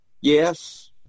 yes